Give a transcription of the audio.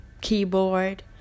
keyboard